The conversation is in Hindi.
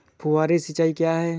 फुहारी सिंचाई क्या है?